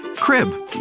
Crib